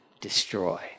destroy